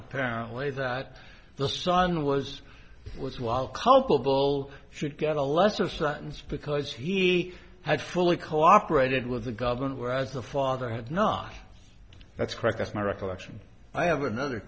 apparently that the son was was while culpable should get a lesser sentence because he had fully cooperated with the government whereas the father had not that's correct that's my recollection i have another